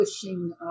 pushing